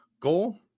goal